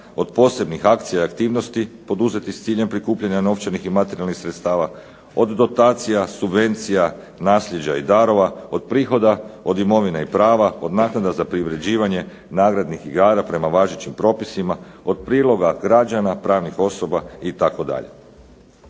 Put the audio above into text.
od posebnih akcija i aktivnosti poduzetih s ciljem prikupljanja novčanih i materijalnih sredstava, od dotacija, subvencija, nasljeđa i darova, od prihoda, od imovine i prava, od naknada za privređivanje, nagradnih igara prema važećim propisima, od priloga građana pravnih osoba itd.